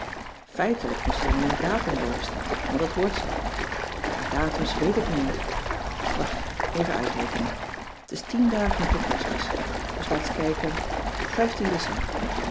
feitelijk moest er nu een datum boven staan want dat hoort zoo maar datums weet ik nooit wacht even uitrekenen t is tien dagen voor kerstmis dus laat ès kijken ecember